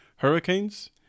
Hurricanes